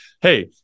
Hey